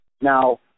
Now